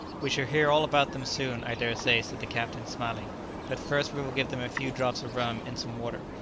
we shall hear all about them soon, i dare say, said the captain, smiling but first we will give them a few drops of rum in some water.